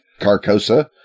Carcosa